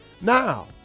Now